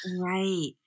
Right